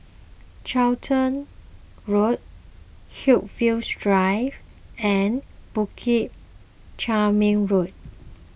Charlton Road Haigsvilles Drive and Bukit Chermin Road